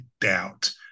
doubt